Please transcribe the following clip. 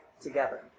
together